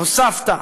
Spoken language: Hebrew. הוספת: